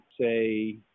say